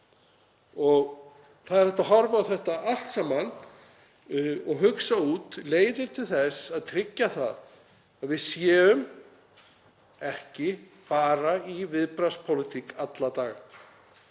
Það er hægt að horfa á þetta allt saman og hugsa út leiðir til að tryggja að við séum ekki bara í viðbragðspólitík alla daga.